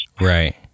Right